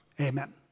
Amen